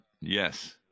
Yes